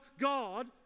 God